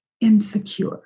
insecure